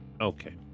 Okay